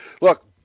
Look